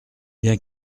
bien